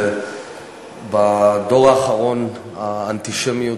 בדור האחרון האנטישמיות